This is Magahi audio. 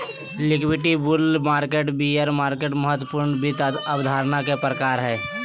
liquidity, bull market, bear market महत्वपूर्ण वित्त अवधारणा के प्रकार हय